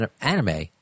anime